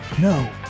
no